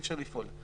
אי-אפשר לפעול.